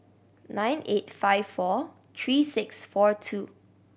nine eight five four three six four two